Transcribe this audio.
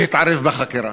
בלי להתערב בחקירה.